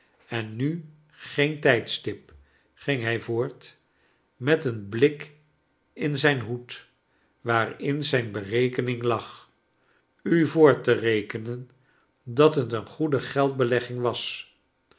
en nu geen tijdstip ging hij voort met een blik in zijn hoed waarin zijn berekening lag u voor te rekenen dat het een goede geldbelegging was